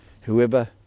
Whoever